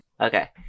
Okay